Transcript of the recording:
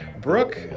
Brooke